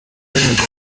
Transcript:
binogeye